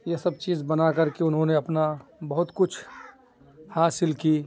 یہ سب چیز بنا کر کے انہوں نے اپنا بہت کچھ حاصل کی